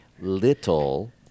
little